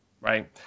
Right